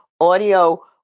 audio